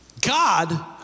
God